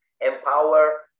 empower